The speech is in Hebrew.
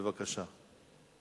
בבקשה.